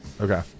Okay